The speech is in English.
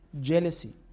jealousy